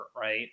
right